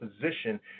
position